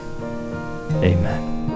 amen